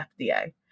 FDA